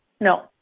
no